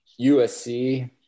USC –